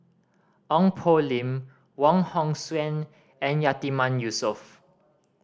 Ong Poh Lim Wong Hong Suen and Yatiman Yusof